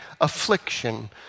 affliction